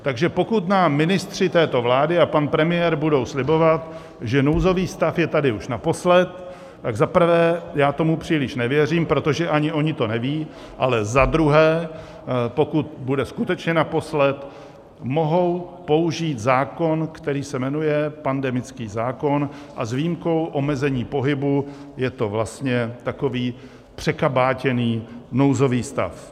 Takže pokud nám ministři této vlády a pan premiér budou slibovat, že nouzový stav je tady už naposled, tak za prvé já tomu příliš nevěřím, protože ani oni to nevědí, ale za druhé, pokud bude skutečně naposled, mohou použít zákon, který se jmenuje pandemický zákon, a s výjimkou omezení pohybu je to vlastně takový překabátěný nouzový stav.